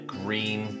green